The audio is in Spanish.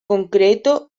concreto